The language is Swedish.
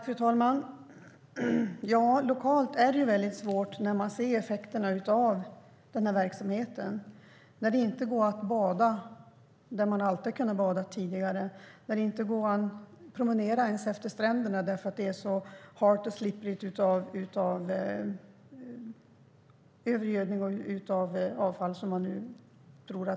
Fru talman! Lokalt är det väldigt svårt när man ser effekterna av den här verksamheten. Det går inte att bada där man alltid tidigare har kunnat bada. Det går inte att promenera ens efter stränderna därför att det är så halt och slipprigt på grund av övergödning och avfall.